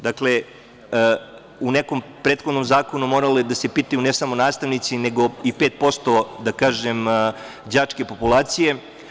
Dakle, u nekom prethodnom zakonu morali su da se pitaju ne samo nastavnici, nego i 5% đačke populacije.